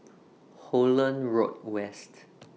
Holland Road West